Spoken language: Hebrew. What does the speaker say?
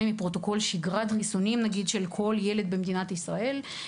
מפרוטוקול שגרת חיסונים של כל ילד במדינת ישראל,